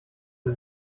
der